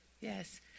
Yes